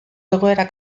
egoera